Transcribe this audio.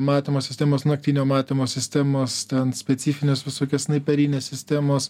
matymo sistemos naktinio matymo sistemos ten specifinės visokios snaiperinės sistemos